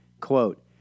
Quote